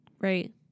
Right